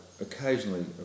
occasionally